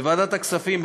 בוועדת הכספים,